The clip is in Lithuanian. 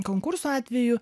konkurso atveju